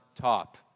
top